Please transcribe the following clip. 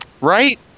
Right